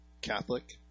Catholic